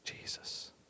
Jesus